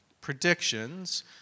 predictions